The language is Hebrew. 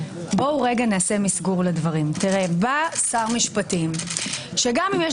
בואו רגע נעשה מסגור לדברים: בא שר משפטים שגם אם יש